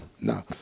no